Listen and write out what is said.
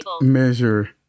measure